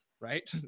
right